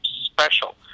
special